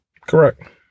Correct